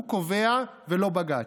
הוא הקובע ולא בג"ץ.